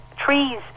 trees